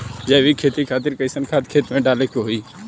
जैविक खेती खातिर कैसन खाद खेत मे डाले के होई?